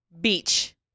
beach